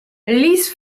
lis